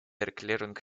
erklärung